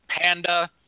panda